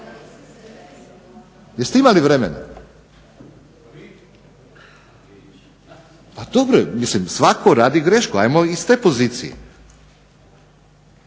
Jeste imali vremena. Pa dobro je, mislim svatko radi grešku, ajmo iz te pozicije,